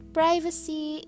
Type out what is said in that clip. privacy